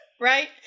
Right